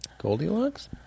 Goldilocks